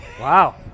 Wow